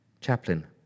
Chaplain